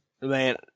Man